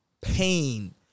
pain